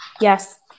yes